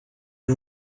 bwo